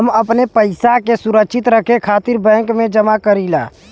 हम अपने पइसा के सुरक्षित रखे खातिर बैंक में जमा करीला